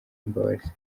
imbabazi